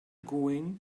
going